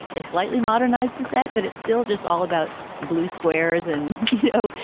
they slightly modernized the set, but it's still just all about blue squares and, you know,